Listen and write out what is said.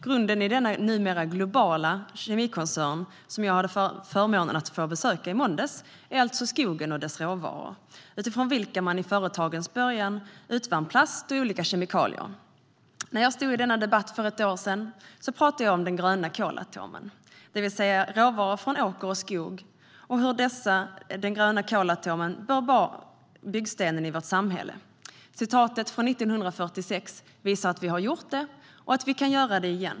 Grunden i denna numera globala kemikoncern - som jag fick förmånen att besöka i måndags - är alltså skogen och dess råvaror, utifrån vilka man i företagets början utvann plast och olika kemikalier. När jag stod i denna debatt för ett år sedan talade jag om den gröna kolatomen, det vill säga råvaror från åker och skog, och att den gröna kolatomen bör vara byggstenen i vårt samhälle. Citatet från 1946 visar att vi har gjort det, och vi kan göra det igen.